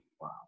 wow